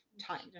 time